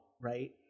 right